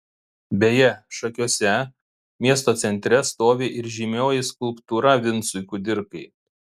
beje šakiuose miesto centre stovi ir žymioji skulptūra vincui kudirkai